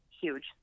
huge